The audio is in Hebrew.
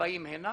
ובאים לכאן.